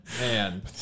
Man